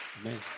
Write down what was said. Amen